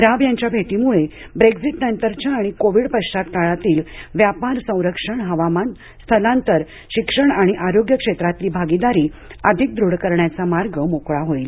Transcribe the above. राब यांच्या भेटीमुळे ब्रेक्झीट नंतरच्या आणि कोविड पश्वात काळातील व्यापार संरक्षण हवामान स्थलातर शिक्षण आणि आरोग्य क्षेत्रातली भागीदारी अधिक दृढ करण्याचा मार्ग मोकळा होईल